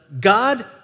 God